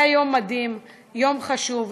היה יום מדהים, יום חשוב.